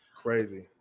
Crazy